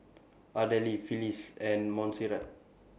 Ardelle Phylis and Monserrat